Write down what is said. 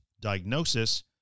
diagnosis